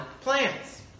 plants